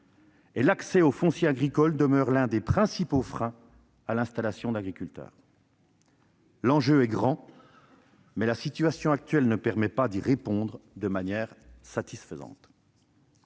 l'accès au foncier agricole demeure l'un des principaux freins à l'installation d'agriculteurs. L'enjeu est de taille, mais la situation actuelle empêche d'y répondre de manière satisfaisante.